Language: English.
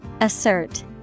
Assert